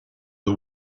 the